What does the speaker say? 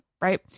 right